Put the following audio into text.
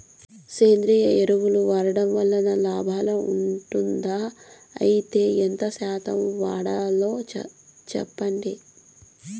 సేంద్రియ ఎరువులు వాడడం వల్ల లాభం ఉంటుందా? అయితే ఎంత శాతం వాడాలో చెప్పండి?